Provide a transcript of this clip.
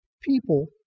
people